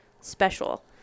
special